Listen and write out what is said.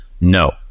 No